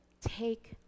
take